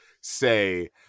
say